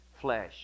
flesh